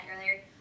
earlier